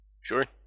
Sure